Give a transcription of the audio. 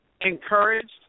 encouraged